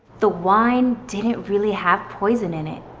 the wine didn't really have poison in it.